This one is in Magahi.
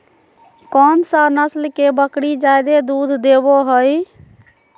कौन सा नस्ल के बकरी जादे दूध देबो हइ?